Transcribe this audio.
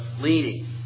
leading